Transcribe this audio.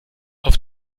auf